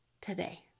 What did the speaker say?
today